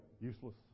useless